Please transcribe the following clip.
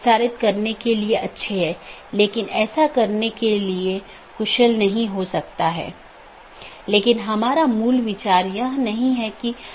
आज हमने जो चर्चा की है वह BGP रूटिंग प्रोटोकॉल की अलग अलग विशेषता यह कैसे परिभाषित किया जा सकता है कि कैसे पथ परिभाषित किया जाता है इत्यादि